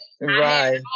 Right